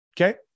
Okay